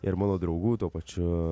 ir mano draugų tuo pačiu